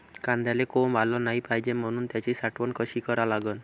कांद्याले कोंब आलं नाई पायजे म्हनून त्याची साठवन कशी करा लागन?